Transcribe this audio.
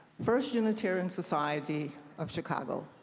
first unitarian society of chicago.